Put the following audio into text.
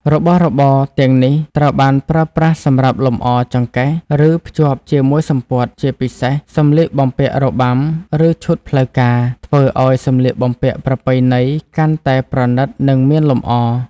របស់របរទាំងនេះត្រូវបានប្រើប្រាស់សម្រាប់លម្អ ចង្កេះ ឬ ភ្ជាប់ជាមួយសំពត់ (ជាពិសេសសម្លៀកបំពាក់របាំ ឬឈុតផ្លូវការ) ធ្វើឱ្យសម្លៀកបំពាក់ប្រពៃណីកាន់តែ ប្រណីត និងមានលម្អ។